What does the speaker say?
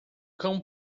cão